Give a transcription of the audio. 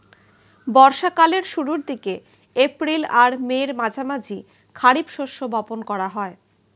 বর্ষা কালের শুরুর দিকে, এপ্রিল আর মের মাঝামাঝি খারিফ শস্য বপন করা হয়